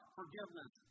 forgiveness